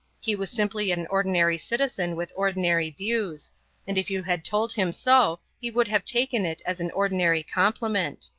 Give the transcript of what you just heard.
he was simply an ordinary citizen with ordinary views and if you had told him so he would have taken it as an ordinary compliment.